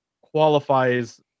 qualifies